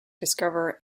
discover